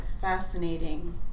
fascinating